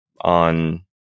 on